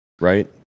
right